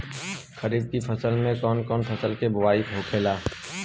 खरीफ की फसल में कौन कौन फसल के बोवाई होखेला?